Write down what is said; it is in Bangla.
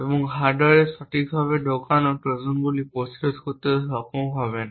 এবং হার্ডওয়্যারে সঠিকভাবে ঢোকানো ট্রোজানগুলিকে প্রতিরোধ করতে সক্ষম হবে না